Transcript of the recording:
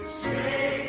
say